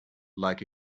like